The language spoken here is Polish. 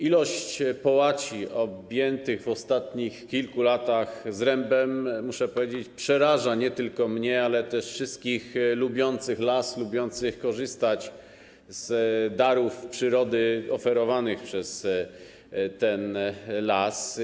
Ilość połaci objętych w ostatnich kilku latach zrębem, muszę powiedzieć, przeraża nie tylko mnie, ale też wszystkich lubiących las, lubiących korzystać z darów przyrody oferowanych przez ten las.